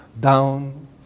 down